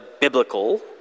biblical